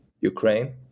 Ukraine